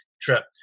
trip